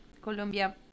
Colombia